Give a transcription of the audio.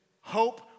hope